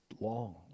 long